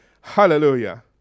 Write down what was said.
Hallelujah